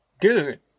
Good